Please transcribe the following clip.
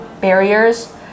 barriers